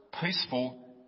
peaceful